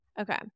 Okay